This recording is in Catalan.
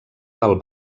del